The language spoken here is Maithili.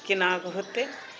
केना कऽ होतै